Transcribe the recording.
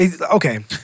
Okay